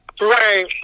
Right